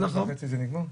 ב-15:30 זה נגמר?